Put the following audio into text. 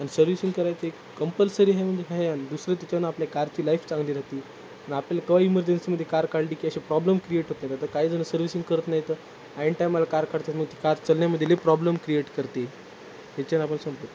आणि सर्व्हिसिंग करायं कंपल्सरी आहे म्हणजे आहे आणि दुसरं त्याच्यावरून आपल्या कारची लाईफ चांगली राहते आणि आपल्याला केव्हा इमर्जन्सीमध्ये कार काढली की असे प्रॉब्लेम क्रिएट होत नाही आता काहीजणं सर्व्हिसिंग करत नाही आहेत ऐन टाईमाला कार काढतात मग ती कार चालण्यामध्ये लई प्रॉब्लेम क्रिएट करते त्याच्याने आपण संप